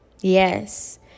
Yes